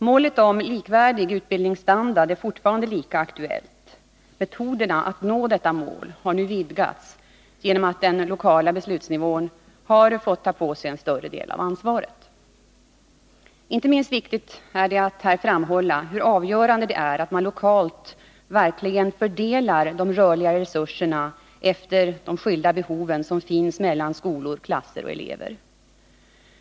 Målet, likvärdig utbildningsstandard, är fortfarande lika aktuellt. Metoderna att nå detta mål har nu vidgats genom att den lokala beslutsnivån har fått ta på sig en större del av ansvaret. Inte minst viktigt är det att här framhålla hur avgörande det är att man lokalt verkligen fördelar de rörliga resurserna efter de skilda behov som finns mellan skolor, klasser och elever.